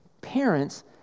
parents